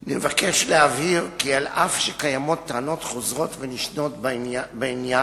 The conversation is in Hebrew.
אני מבקש להבהיר כי אף שקיימות טענות חוזרות ונשנות בעניין,